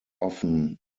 often